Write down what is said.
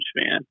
fan